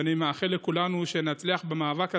ואני מאחל לכולנו שנצליח במאבק הזה,